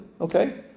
okay